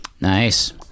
nice